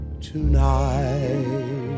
tonight